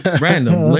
random